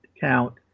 count